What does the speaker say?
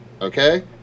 Okay